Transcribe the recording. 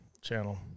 channel